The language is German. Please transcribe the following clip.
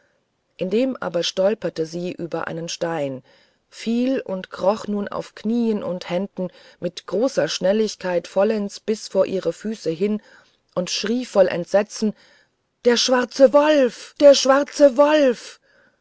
indem aber stolperte sie über einen stein fiel und kroch nun auf knieen und händen mit großer schnelligkeit vollends bis vor ihre füße hin und schrie voll entsetzen der schwarze wolf der schwarze wolf